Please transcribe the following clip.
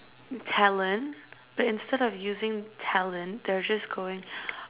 talent but instead of using talent they're just going